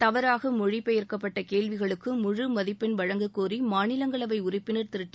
தவறாக மொழிபெயர்க்கப்பட்ட கேள்விகளுக்கு முழுமதிப்பெண் வழங்கக் கோரி மாநிலங்களவை உறுப்பினர் திரு டி